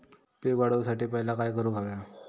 पीक वाढवुसाठी पहिला काय करूक हव्या?